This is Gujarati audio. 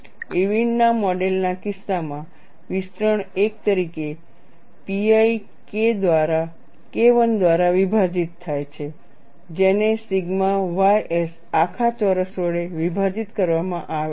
ઇરવિનના મોડેલ Irwin's modelના કિસ્સામાં વિસ્તરણ 1 તરીકે pi KI દ્વારા વિભાજિત થાય છે જેને સિગ્મા ys આખા ચોરસ વડે વિભાજિત કરવામાં આવે છે